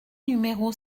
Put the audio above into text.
numéro